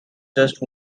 just